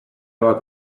bat